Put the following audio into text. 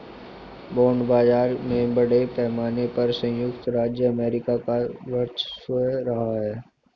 bond बाजार में बड़े पैमाने पर सयुक्त राज्य अमेरिका का वर्चस्व रहा है